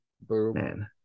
Boom